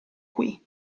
qui